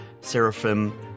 seraphim